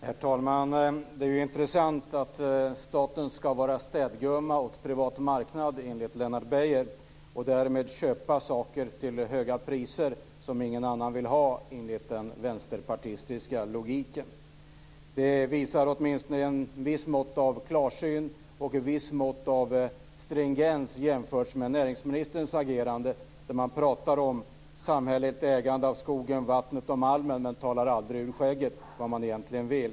Herr talman! Det är intressant att staten ska vara städgumma åt den privata marknaden enligt Lennart Beijer och därmed köpa saker till höga priser som ingen annan vill ha, enligt den vänsterpartistiska logiken. Det visar åtminstone ett visst mått av klarsyn och ett visst mått av stringens jämfört med näringsministerns agerande - man pratar om samhälleligt ägande av skogen, vattnet och malmen, men man talar aldrig ur skägget och säger vad man egentligen vill.